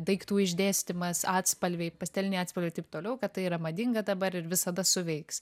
daiktų išdėstymas atspalviai pasteliniai atspalviai taip toliau kad tai yra madinga dabar ir visada suveiks